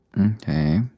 Okay